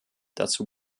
dazu